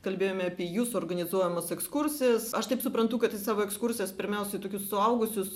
kalbėjome apie jūsų organizuojamas ekskursijas aš taip suprantu kad į savo ekskursijas pirmiausiai tokius suaugusius